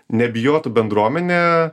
nebijotų bendruomenė